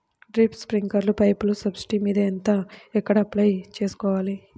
Drip, స్ప్రింకర్లు పైపులు subsidy మీద ఎక్కడ అప్లై చేసుకోవాలి?